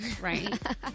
Right